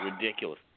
Ridiculous